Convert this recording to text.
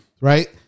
Right